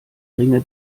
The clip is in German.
ringe